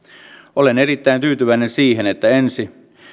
olen erittäin tyytyväinen siihen että ensi